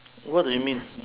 what do you mean